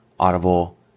Audible